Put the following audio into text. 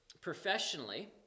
professionally